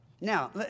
Now